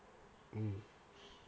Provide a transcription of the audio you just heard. mm